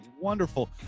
wonderful